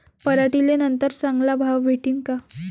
पराटीले नंतर चांगला भाव भेटीन का?